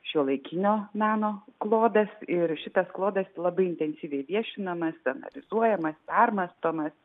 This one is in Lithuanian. šiuolaikinio meno klodas ir šitas klodas labai intensyviai viešinamas ten fiksuojamas permąstomas